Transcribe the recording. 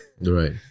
Right